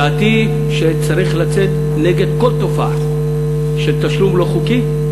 דעתי היא שצריך לצאת נגד כל תופעה של תשלום לא חוקי,